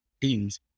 teams